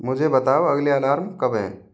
मुझे बताओ अगले अलार्म कब हैं